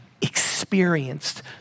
experienced